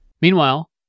Meanwhile